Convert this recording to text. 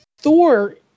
thor